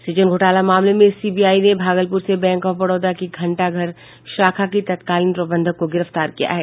सुजन घोटाला मामले में सीबीआई ने भागलपूर से बैंक आफ बड़ौदा की घंटा घर शाखा की तत्कालीन प्रबंधक को गिरफ्तार किया है